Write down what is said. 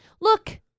look